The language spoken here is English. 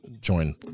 join